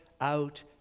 out